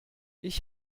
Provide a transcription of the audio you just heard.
ich